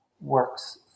works